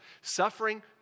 suffering